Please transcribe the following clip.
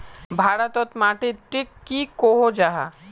भारत तोत माटित टिक की कोहो जाहा?